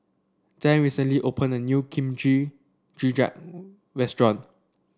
Zain recently opened a new Kimchi Jjigae Restaurant